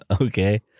Okay